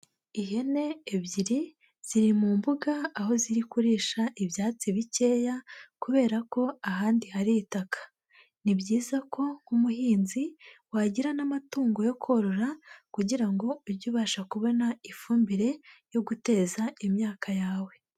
Ihene ebyiri ziri mu mbuga aho ziri kurisha ibyatsi bikeya kubera ko ahandi hari itaka, ni byiza ko nk'umuhinzi wagira n'amatungo yo korora kugira ngo ujye ubasha kubona ifumbire yo guteza imyaka yawe.